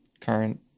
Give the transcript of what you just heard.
current